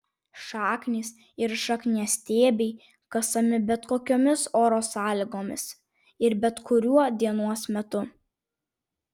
šaknys ir šakniastiebiai kasami bet kokiomis oro sąlygomis ir bet kuriuo dienos metu